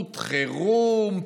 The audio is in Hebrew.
חירום,